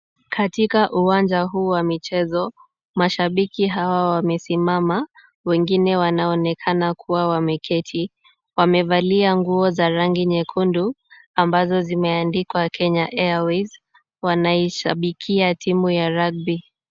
Katika uwanja huu wa michezo, mashabiki hawa wamesimama, wengine wanaonekana kuwa wameketi. Wamevalia nguo za rangi nyekundu ambazo zimeandikwa Kenya Airways, wanaishabikia timu ya rugby .